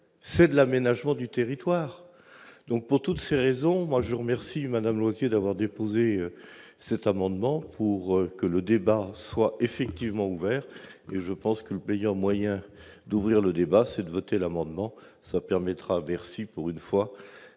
c'est de l'aménagement du territoire, donc pour toutes ces raisons, moi je remercie Madame Losier d'avoir déposé cet amendement pour que le débat soit effectivement ouvert et je pense que le meilleur moyen d'ouvrir le débat, c'est de voter l'amendement ça permettra à Bercy pour une fois,